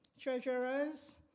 treasurers